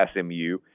SMU